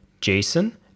Jason